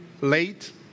late